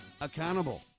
accountable